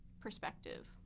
perspective